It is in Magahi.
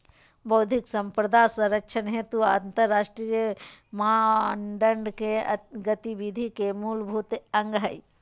बौद्धिक संपदा संरक्षण हेतु अंतरराष्ट्रीय मानदंड के गतिविधि के मूलभूत अंग हइ